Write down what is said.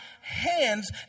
hands